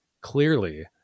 clearly